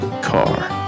Car